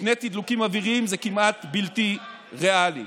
שני תדלוקים אוויריים זה כמעט בלתי ריאלי.